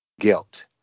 guilt